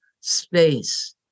space